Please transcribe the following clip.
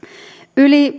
yli